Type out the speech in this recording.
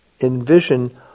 envision